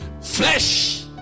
flesh